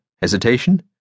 hesitation